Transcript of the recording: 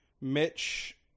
Mitch